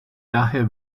daher